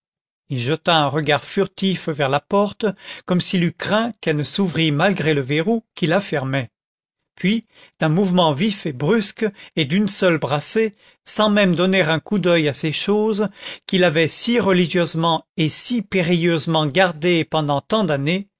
il jeta un regard furtif vers la porte comme s'il eût craint qu'elle ne s'ouvrît malgré le verrou qui la fermait puis d'un mouvement vif et brusque et d'une seule brassée sans même donner un coup d'oeil à ces choses qu'il avait si religieusement et si périlleusement gardées pendant tant d'années